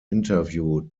interview